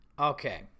okay